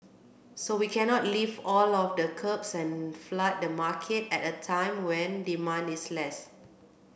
so we cannot lift all of the curbs and flood the market at a time when demand is less